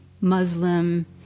Muslim